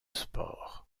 sport